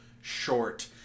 short